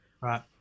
Right